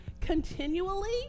continually